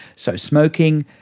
so smoking,